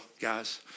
guys